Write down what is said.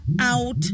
out